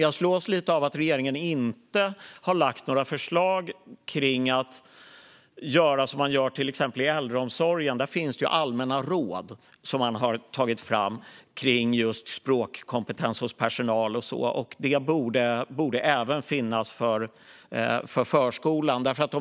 Jag slås av att regeringen inte har lagt fram några förslag om att göra som man gör i till exempel äldreomsorgen, där det finns allmänna råd som man har tagit fram om språkkompetens hos personal. Detta borde finnas även för förskolan.